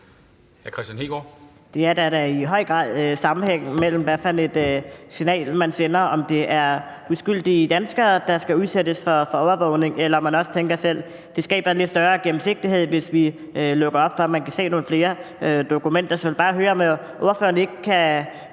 Der er da i høj grad sammenhæng i forhold til det signal, man sender, altså om det er uskyldige danskere, der skal udsættes for overvågning, eller om man også tænker selv. Det skaber en lidt større gennemsigtighed, hvis vi lukker op for, at man kan se nogle flere dokumenter. Så jeg vil bare høre, om ordføreren ikke kan